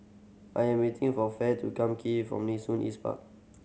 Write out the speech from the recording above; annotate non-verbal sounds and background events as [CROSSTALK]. I am waiting for Fae to come [UNINTELLIGIBLE] from Nee Soon East Park